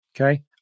okay